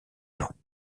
gens